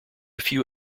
few